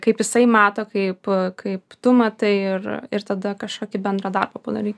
kaip jisai mato kaip kaip tu matai ir ir tada kažkokį bendrą darbą padaryt